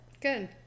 good